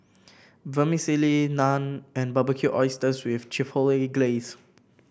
Vermicelli Naan and Barbecued Oysters with Chipotle Glaze